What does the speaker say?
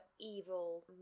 evil